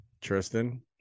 Tristan